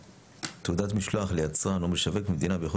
תעודת משלוח ליצרן או משווק במדינה באיחוד